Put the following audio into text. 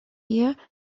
year